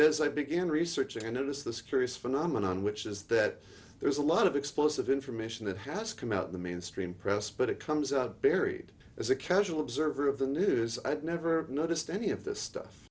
this i began researching and it is this curious phenomenon which is that there's a lot of explosive information that has come out of the mainstream press but it comes out buried as a casual observer of the news i've never noticed any of this stuff